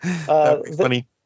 Funny